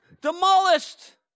demolished